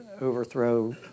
overthrow